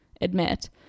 admit